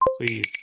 Please